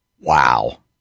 Wow